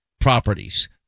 properties